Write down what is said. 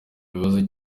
bibazo